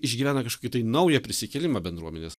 išgyvena kažkokį naują prisikėlimą bendruomenės